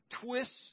twists